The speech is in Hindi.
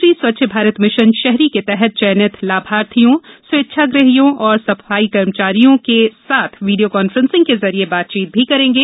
प्रधानमंत्री स्वच्छ भारत भिशन शहरी के तहत चयनित लाभार्थियों से स्वेच्छाग्रहियों और सफाई कर्मियों के साथ वीडियो कांफ्रेंसिंग के जरिये बातचीत भी करेंगे